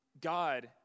God